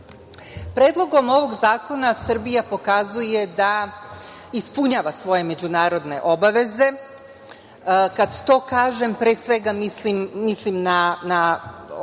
ovog zakona Srbija pokazuje da ispunjava svoje međunarodne obaveze, kad to kažem, pre svega mislim na